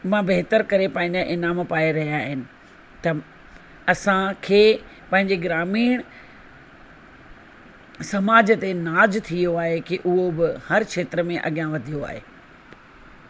मां बहितर करे पंहिंजा इनाम पाए रहिया आहिनि त असांखे पंहिंजे ग्रामीण समाज ते नाज़ु थी वियो आहे कि उहो बि हर क्षेत्र में अॻियां वधियो आहे